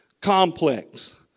complex